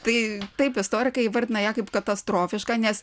tai taip istorikai įvardina ją kaip katastrofišką nes